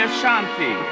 Ashanti